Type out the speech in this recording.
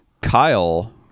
Kyle